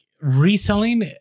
reselling